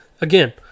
again